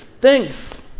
thanks